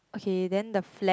okay then the flag